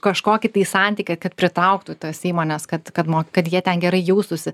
kažkokį tai santykį kad pritrauktų tos įmonės kad kad mo kad jie ten gerai jaustųsi